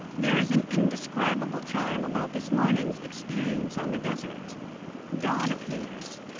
there is an indescribable charm about this morning's experience on the desert dawn appears,